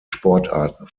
sportarten